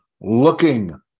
looking